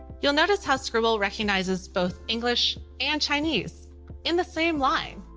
you'll notice how scribble recognizes both english and chinese in the same line.